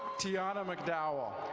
tiana mcdowell.